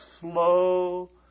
slow